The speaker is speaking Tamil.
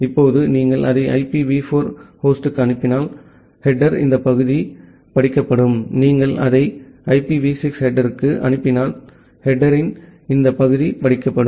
இப்போது நீங்கள் அதை IPv4 ஹோஸ்டுக்கு அனுப்பினால் தலைப்பின் இந்த பகுதி படிக்கப்படும் நீங்கள் அதை IPv6 ஹெடேர்க்கு அனுப்பினால் தலைப்பின் இந்த பகுதி படிக்கப்படும்